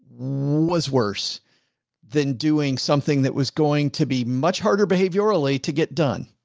was worse than doing something that was going to be much harder behaviorally to get done.